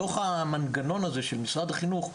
בתוך המנגנון הזה של משרד החינוך,